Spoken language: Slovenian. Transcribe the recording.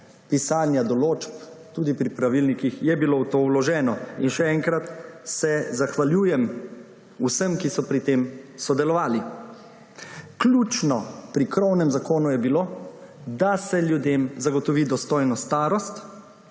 pisanja določb, tudi pri pravilnikih, je bilo v to vloženo. In še enkrat se zahvaljujem vsem, ki so pri tem sodelovali. Ključno pri krovnem zakonu je bilo, da se ljudem zagotovi dostojna starost,